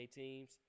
teams